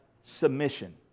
submission